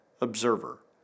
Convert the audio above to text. Observer